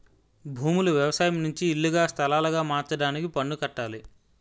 భూములు వ్యవసాయం నుంచి ఇల్లుగా స్థలాలుగా మార్చడానికి పన్ను కట్టాలి